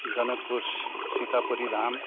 Janakpur Sitapuri Dham